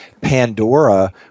Pandora